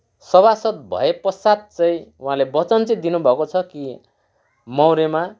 सभासद भएपश्चात चाहिँ उहाँले वचन चाहिँ दिनुभएको छ कि मौरेमा